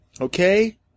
Okay